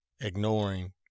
ignoring